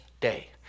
day